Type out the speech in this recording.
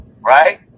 right